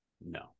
No